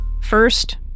First